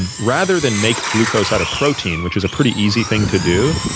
and rather than make glucose out of protein, which is a pretty easy thing to do,